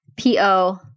PO